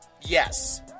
yes